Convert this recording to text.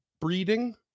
breeding